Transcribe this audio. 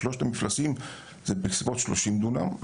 שלושת המפלסים הם בסביבות 30 דונם.